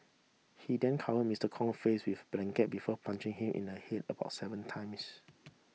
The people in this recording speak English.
he then covered Mister Kong face with blanket before punching him in the head about seven times